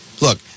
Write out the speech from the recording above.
look